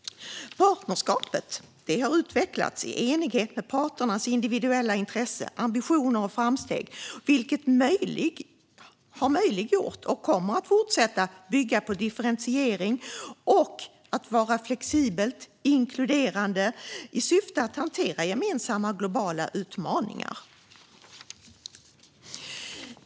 Partnerskapet har utvecklats i enlighet med parternas individuella intressen, ambitioner och framsteg. Det har möjliggjort, och kommer att fortsätta bygga på, differentiering och ett flexibelt och inkluderande partnerskap med syftet att hantera gemensamma globala utmaningar.